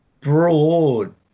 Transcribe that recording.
broad